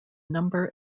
number